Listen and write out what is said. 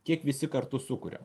kiek visi kartu sukuriam